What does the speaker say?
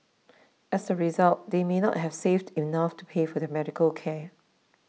as a result they may not have saved enough to pay for their medical care